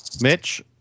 Mitch